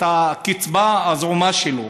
את הקצבה הזעומה שלו.